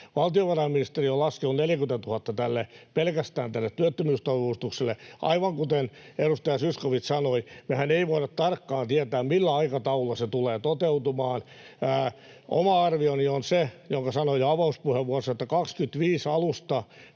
Valtiovarainministeriö on laskenut 40 000 pelkästään tälle työttömyysturvauudistukselle. Aivan kuten edustaja Zyskowicz sanoi, mehän ei voida tarkkaan tietää, millä aikataululla se tulee toteutumaan. Oma arvioni on se, jonka sanoin jo avauspuheenvuorossa, että vuoden 25 alusta